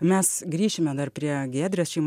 mes grįšime dar prie giedrės šeimo